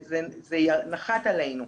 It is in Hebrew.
זה נחת עלינו.